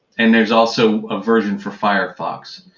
and there's also a version for firefox.